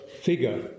figure